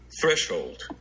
threshold